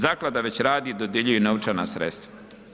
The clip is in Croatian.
Zaklada već radi i dodjeljuje novčana sredstva.